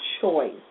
choice